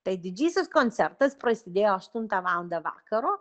tai didysis koncertas prasidėjo aštuntą valandą vakaro